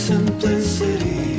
Simplicity